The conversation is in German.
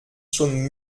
schon